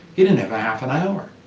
he didn't have a half an hour.